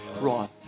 Ron